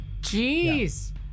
Jeez